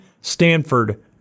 Stanford